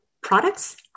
Products